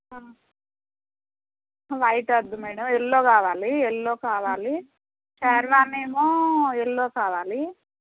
white వద్దు madam yellow కావాలి yellow కావాలి షేర్వానేమో ఎల్లో కావాలి